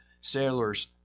sailors